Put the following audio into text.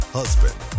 husband